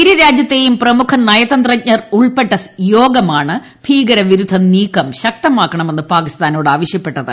ഇരുരാജ്യത്തെയും പ്രമുഖ നയതന്ത്രജ്ഞർ ഉൾപ്പെട്ട ഭീകരവിരുദ്ധ നീക്കം ശക്തമാക്കണമെന്ന് യോഗമാണ് പാകിസ്ഥാനോട് ആവശ്യപ്പെട്ടത്